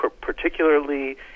particularly